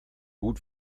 gut